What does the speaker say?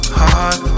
heart